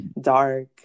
dark